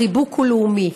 החיבוק הוא לאומי.